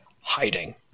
hiding